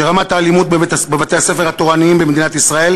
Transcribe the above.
שרמת האלימות בבתי-הספר התורניים במדינת ישראל